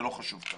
זה לא חשוב כרגע.